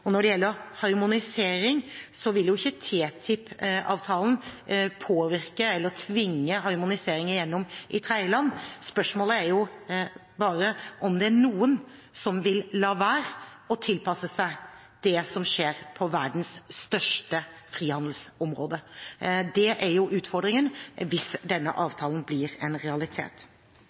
Og når det gjelder harmonisering, vil ikke TTIP-avtalen påvirke eller tvinge harmonisering igjennom i tredjeland, spørsmålet er bare om det er noen som vil la være å tilpasse seg det som skjer på verdens største frihandelsområde. Det er jo utfordringen, hvis denne avtalen blir en realitet.